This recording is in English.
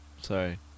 Sorry